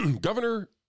governor